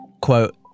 Quote